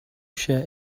shirt